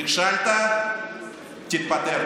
נכשלת, תתפטר.